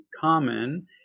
common